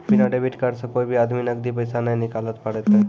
बिना debit card से कोय भी आदमी नगदी पैसा नाय निकालैल पारतै